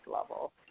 level